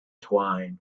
twine